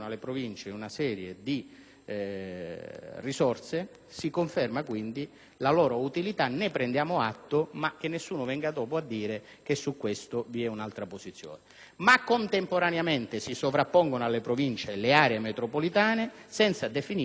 si conferma pertanto la loro utilità: ne prendiamo atto, ma che nessuno venga poi a dire che su questo punto vi è un'altra posizione. Contemporaneamente, si sovrappongono alle Province le aree metropolitane senza definirne contenuti e funzioni.